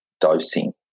dosing